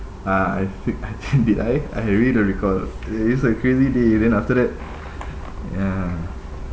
ah I think I think did I I really don't recall it's like crazy day and then after that ya